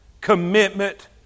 commitment